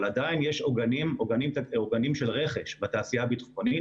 עדיין יש עוגנים של רכש בתעשייה הביטחונית